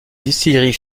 distillerie